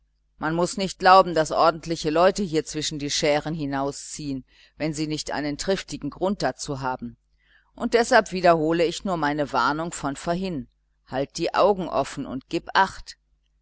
man muß nicht glauben daß ordentliche leute hier zwischen die schären hinausziehen wenn sie nicht einen triftigen grund dazu haben und deshalb wiederhole ich nur meine warnung von vorhin halt die augen offen und gib acht